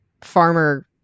farmer